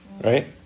right